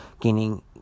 gaining